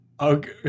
Okay